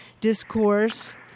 discourse